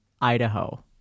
Idaho